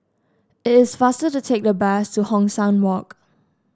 it is faster to take the bus to Hong San Walk